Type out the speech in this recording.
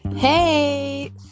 hey